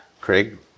Craig